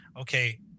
Okay